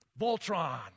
Voltron